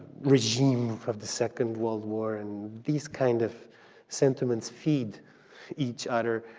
regime of the second world war and these kind of sentiments feed each other,